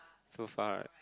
so far